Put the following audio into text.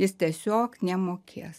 jis tiesiog nemokės